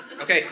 Okay